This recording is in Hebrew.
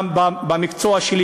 גם במקצוע שלי,